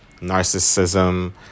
narcissism